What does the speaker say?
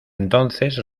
entonces